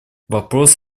вопрос